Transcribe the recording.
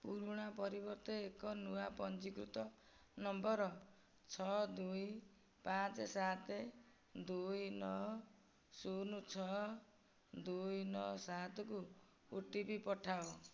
ପୁରୁଣା ପରିବର୍ତ୍ତେ ଏକ ନୂଆ ପଞ୍ଜୀକୃତ ନମ୍ବର ଛଅ ଦୁଇ ପାଞ୍ଚ ସାତ ଦୁଇ ନଅ ଶୂନ ଛଅ ଦୁଇ ନଅ ସାତକୁ ଓ ଟି ପି ପଠାଅ